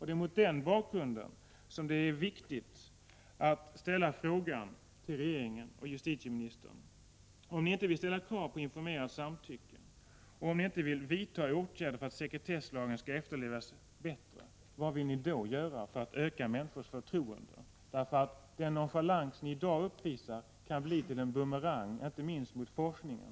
Det är mot den bakgrunden det är viktigt att ställa frågan till regeringen och justitieministern: Om ni inte vill ställa krav på informerat samtycke, om ni inte vill vidta åtgärder för att sekretesslagen skall efterlevas bättre, vad vill ni då göra för att öka människors förtroende? Den nonchalans ni i dag uppvisar kan bli till en bumerang, inte minst mot forskningen.